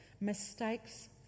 Mistakes